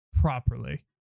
properly